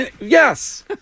Yes